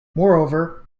moreover